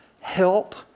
Help